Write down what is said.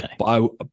Okay